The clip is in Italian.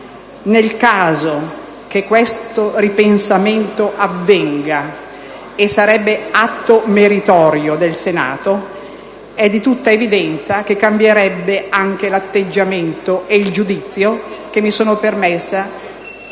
Nel caso in cui questo ripensamento avvenga - e sarebbe atto meritorio del Senato - è di tutta evidenza che cambierebbe anche il nostro atteggiamento e il giudizio che mi sono permessa